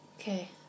okay